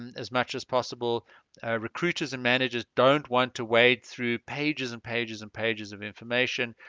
as much as possible recruiters and managers don't want to wade through pages and pages and pages of information